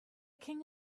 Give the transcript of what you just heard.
king